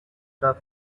the